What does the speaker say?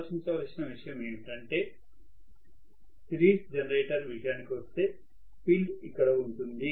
ఆలోచించ వలసిన విషయం ఏంటంటే సిరీస్ జెనరేటర్ విషయానికొస్తే ఫీల్డ్ ఇక్కడ ఉంటుంది